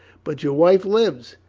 but your wife lives?